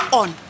on